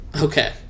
Okay